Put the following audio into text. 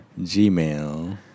Gmail